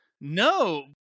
no